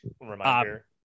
reminder